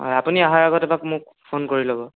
অ আপুনি অহাৰ আগতে এবাৰ মোক ফোন কৰি ল'ব